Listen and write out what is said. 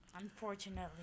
Unfortunately